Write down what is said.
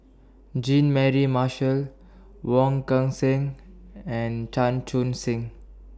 Jean Mary Marshall Wong Kan Seng and Chan Chun Sing